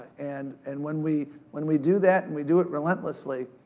and and when we when we do that, and we do it relentlessly,